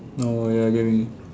oh ya I get what you mean